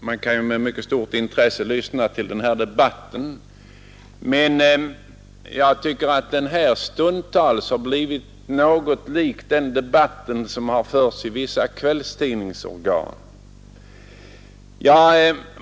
Fru talman! Man kan ju lyssna till den här debatten med mycket stort intresse, men jag tycker att den stundtals har blivit något lik den debatt som förts i vissa kvällstidningar.